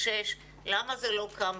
למה זה לא קם?